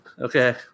Okay